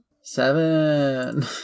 Seven